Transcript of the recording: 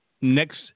next